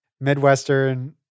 Midwestern